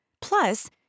plus